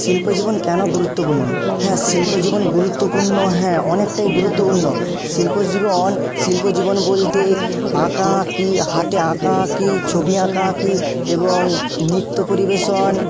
শিল্প জীবন কেন গুরুত্বপূর্ণ হ্যাঁ শিল্প জীবন গুরুত্বপূর্ণ হ্যাঁ অনেকটাই গুরুত্বপূর্ণ শিল্প জীবন শিল্প জীবন বলতে আঁকা আঁকি হাতে আঁকা আঁকি ছবি আঁকা আঁকি এবং নৃত্য পরিবেশন